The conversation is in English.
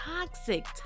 toxic